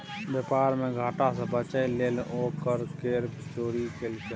बेपार मे घाटा सँ बचय लेल ओ कर केर चोरी केलकै